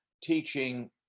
teaching